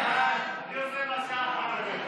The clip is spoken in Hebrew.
הודעת הממשלה על רצונה